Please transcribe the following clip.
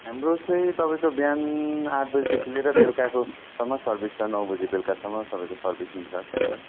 हाम्रो चाहिँ तपाईँको बिहान आठ बजेदेखि लिएर बेलुकासम्म सर्भिस छ नौ बजे बेलुकासम्म तपाईँको सर्भिसिङ छ सेन्टर